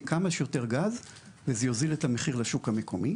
כמה שיותר גז וזה יוזיל את המחיר לשוק המקומי,